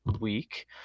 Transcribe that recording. week